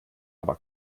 aber